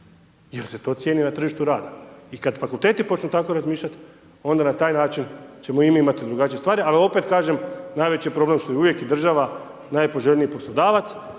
jer se to cijeni na tržištu rada. I kad fakulteti počnu tako razmišljat, onda na taj način ćemo i mi imati drugačije stvari ali opet kažem, najveći je problem što je uvijek država najpoželjniji poslodavac